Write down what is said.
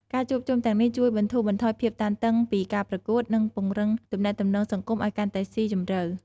ការជួបជុំទាំងនេះជួយបន្ធូរបន្ថយភាពតានតឹងពីការប្រកួត និងពង្រឹងទំនាក់ទំនងសង្គមឱ្យកាន់តែស៊ីជម្រៅ។